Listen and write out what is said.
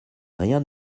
rien